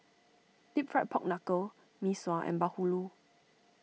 Deep Fried Pork Knuckle Mee Sua and Bahulu